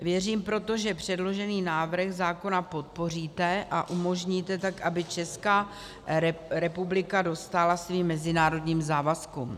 Věřím proto, že předložený návrh zákona podpoříte a umožníte tak, aby Česká republika dostála svým mezinárodním závazkům.